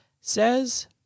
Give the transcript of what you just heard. says